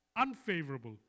unfavorable